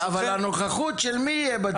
אבל הנוכחות של מי יהיה בדיון.